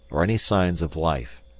or any signs of life,